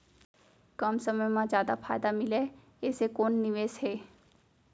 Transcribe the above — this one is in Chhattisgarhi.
कम समय मा जादा फायदा मिलए ऐसे कोन निवेश हे?